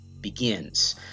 begins